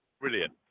Brilliant